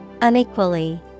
Unequally